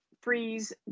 freeze